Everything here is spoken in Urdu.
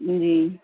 جی